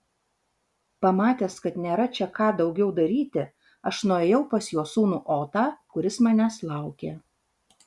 pamatęs kad nėra čia ką daugiau daryti aš nuėjau pas jo sūnų otą kuris manęs laukė